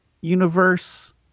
universe